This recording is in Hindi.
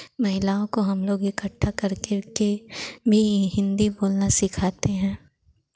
महिलाओं को हम लोग इकट्ठा कर करके भी हिन्दी बोलना सिखाते हैं